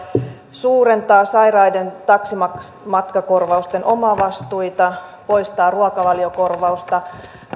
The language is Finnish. suurentaa sairaiden taksimatkakorvausten omavastuita poistaa ruokavaliokorvausta